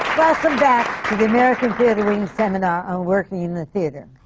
welcome back to the american theatre wing's seminar on working in the theatre.